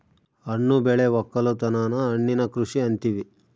ಹಣ್ಣು ಬೆಳೆ ವಕ್ಕಲುತನನ ಹಣ್ಣಿನ ಕೃಷಿ ಅಂತಿವಿ